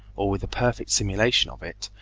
or with perfect simulation of it,